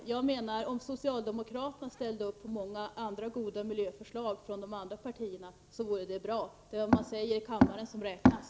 Om socialdemokraterna ställde upp på många goda förslag i miljöfrågorna från de andra partierna, vore det bra. Det är vad man säger i kammaren som räknas.